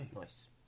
Nice